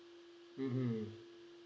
mmhmm